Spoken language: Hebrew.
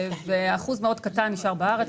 ואחוז מאוד קטן נשאר בארץ.